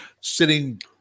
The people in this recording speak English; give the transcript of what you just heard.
sitting